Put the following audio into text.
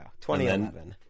2011